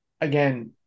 Again